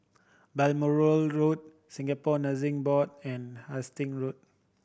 Balmoral Road Singapore Nursing Board and Hasting Road